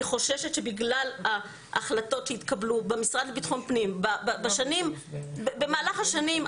אני חוששת שבגלל ההחלטות שהתקבלו במשרד לביטחון פנים במהלך השנים,